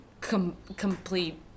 complete